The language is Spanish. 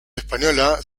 española